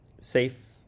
safe